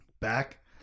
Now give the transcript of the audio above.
back